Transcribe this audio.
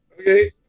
Okay